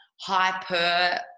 hyper